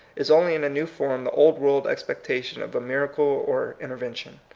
is only in a new form the old world expectation of a miracle or intervention.